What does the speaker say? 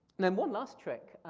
and then one last trick,